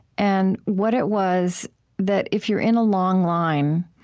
and what it was that, if you're in a long line